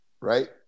right